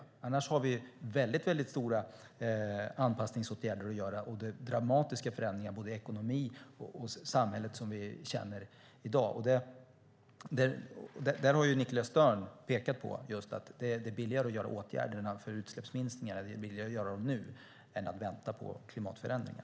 I annat fall måste vi vidta mycket stora anpassningsåtgärder, och det blir dramatiska förändringar i ekonomin och i samhället såsom vi känner det i dag. Där har Nicholas Stern pekat på att det är billigare att nu vidta åtgärder för utsläppsminskningar än att vänta på klimatförändringar.